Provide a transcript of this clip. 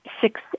six